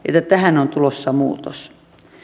tähän on tulossa muutos